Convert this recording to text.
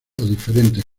diferentes